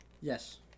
Yes